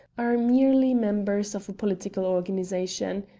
are merely members of a political organisation.